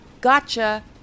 gotcha